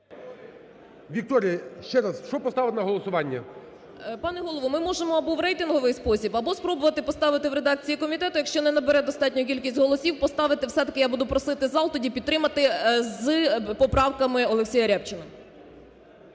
Вікторія, ще раз. Що поставити на голосування? 17:38:08 СЮМАР В.П. Пане Голово, ми можемо або в рейтинговий спосіб, або спробувати поставити в редакції комітету. Якщо не набере достатню кількість голосів, поставити все-таки, я буду просити зал тоді підтримати з поправками Олексія Рябчина.